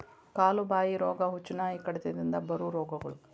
ಕಾಲು ಬಾಯಿ ರೋಗಾ, ಹುಚ್ಚುನಾಯಿ ಕಡಿತದಿಂದ ಬರು ರೋಗಗಳು